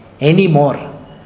anymore